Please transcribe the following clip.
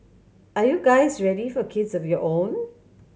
are you guys ready for kids of your own